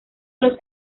los